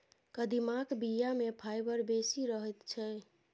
कदीमाक बीया मे फाइबर बेसी रहैत छै